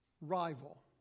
rival